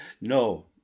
No